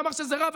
איך אפילו מושג,